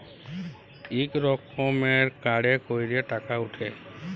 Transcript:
ইক রকমের কাড়ে ক্যইরে টাকা উঠে